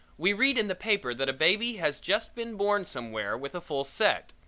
we read in the paper that a baby has just been born somewhere with a full set,